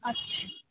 اچھا